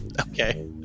Okay